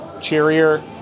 cheerier